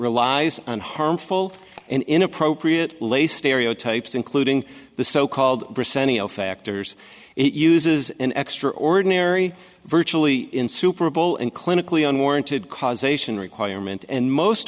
relies on harmful and inappropriate lay stereotypes including the so called factors it uses an extraordinary virtually insuperable and clinically unwarranted causation requirement and most